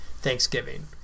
Thanksgiving